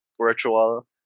virtual